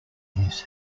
his